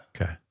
Okay